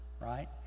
right